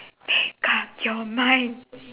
make up your mind